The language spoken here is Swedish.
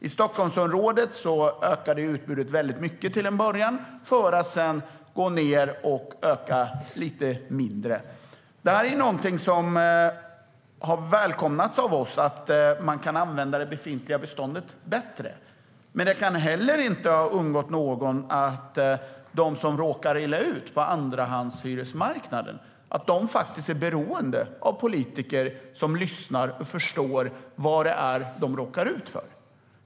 I Stockholmsområdet ökade utbudet väldigt mycket till en början, för att sedan gå ned och öka lite mindre. Detta är något som har välkomnats av oss, att man kan använda det befintliga beståndet bättre. Men det kan inte heller ha undgått någon att de som råkar illa ut på andrahandshyresmarknaden är beroende av politiker som lyssnar och förstår vad de råkar ut för.